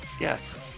yes